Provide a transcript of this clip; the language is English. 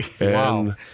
wow